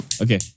Okay